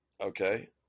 okay